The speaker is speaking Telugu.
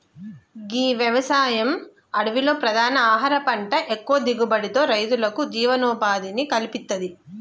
గీ వ్యవసాయం అడవిలో ప్రధాన ఆహార పంట ఎక్కువ దిగుబడితో రైతులకు జీవనోపాధిని కల్పిత్తది